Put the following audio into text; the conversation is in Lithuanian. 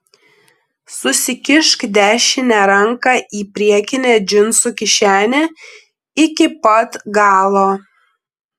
susikišk dešinę ranką į priekinę džinsų kišenę iki pat galo